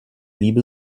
liebe